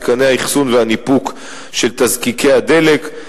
מתקני האחסון והניפוק של תזקיקי הדלק,